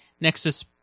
Nexus